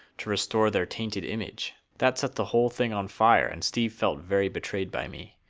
to restore their tainted image. that set the whole thing on fire, and steve felt very betrayed by me.